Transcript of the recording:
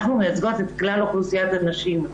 אנחנו מייצגות את כלל אוכלוסיית הנשים.